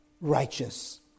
righteous